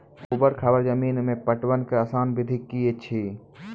ऊवर खाबड़ जमीन मे पटवनक आसान विधि की ऐछि?